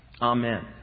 Amen